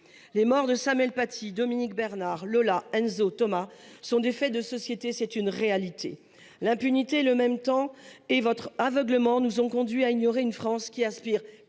Les morts de Samuel Paty, de Dominique Bernard, de Lola, d’Enzo et de Thomas sont des faits de société. C’est une réalité. L’impunité, le « en même temps » et votre aveuglement vous ont conduits à ignorer une France qui aspire